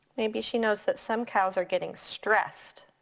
maybe she knows that some cows are getting stressed.